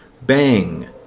bang